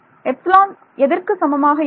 epsilon எதற்கு சமமாக இருக்கும்